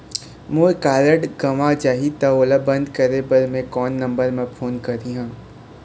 मोर card गंवा जाही त ओला बंद करें बर मैं कोन नंबर म फोन करिह?